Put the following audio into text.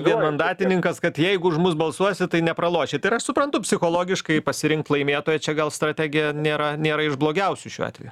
vienmandatininkas kad jeigu už mus balsuosi tai nepralošit ir aš suprantu psichologiškai pasirink laimėtoją čia gal strategija nėra nėra iš blogiausių šiuo atveju